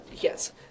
Yes